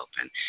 open